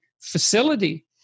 Facility